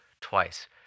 twice